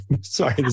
sorry